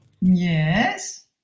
Yes